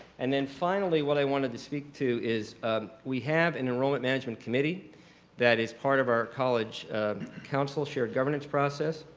and then finally, what i wanted to speak to you is ah we have an enrollment management committee that is part of our college counselor shared governance process,